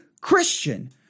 Christian